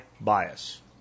bias